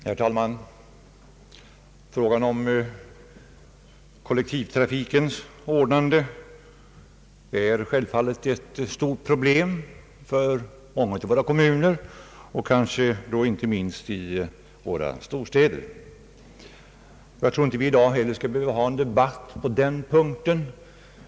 Herr talman! Frågan om kollektivtrafikens ordnande är självfallet ett stort problem för många av våra kommuner, inte minst våra storstäder. Jag tror inte att vi i dag skall behöva föra en debatt på den punkten.